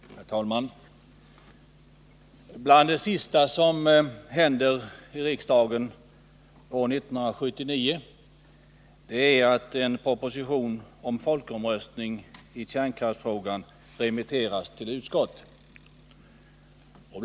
Herr talman! Bland det sista som händer i riksdagen år 1979 är att en proposition om folkomröstning i kärnkraftsfrågan remitteras till utskottet.